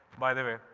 by the way,